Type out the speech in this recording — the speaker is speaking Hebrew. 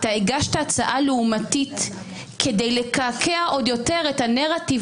אתה הגשת הצעה לעומתית כדי לקעקע עוד יותר את הנרטיב